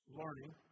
learning